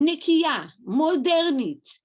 נקייה, מודרנית.